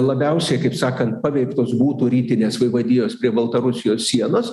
labiausiai kaip sakant paveiktos būtų rytinės vaivadijos prie baltarusijos sienos